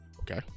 okay